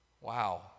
Wow